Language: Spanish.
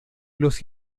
los